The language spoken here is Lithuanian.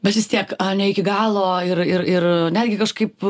bet vis tiek ne iki galo ir ir netgi kažkaip